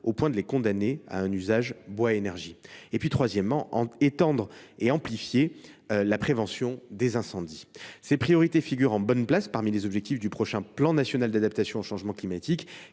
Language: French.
au point de les condamner à un usage bois énergie ; enfin, étendre et amplifier la prévention des incendies. Ces priorités figurent en bonne place parmi les objectifs du prochain plan national d’adaptation au changement climatique